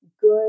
good